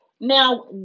Now